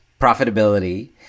profitability